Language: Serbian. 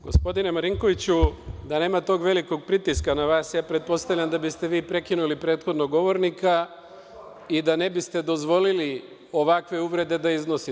Gospodine Marinkoviću, da nema tog velikog pritiska na vas ja pretpostavljam da biste vi prekinuli prethodnog govornika i da ne biste dozvolili ovakve uvrede da iznosi.